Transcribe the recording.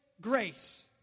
grace